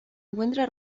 encuentra